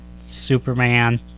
Superman